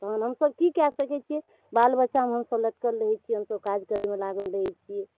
तहन हमसब की कए सकै छियै बाल बच्चामे हमसब लटकल रहै छियै हमसब काज करयमे लागल रहै छियै